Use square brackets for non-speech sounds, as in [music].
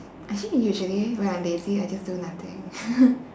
actually usually when I'm lazy I just do nothing [noise]